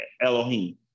Elohim